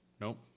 Nope